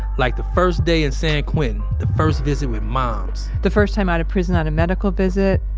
like the first day in san quentin. the first visit with moms. the first time out of prison on a medical visit.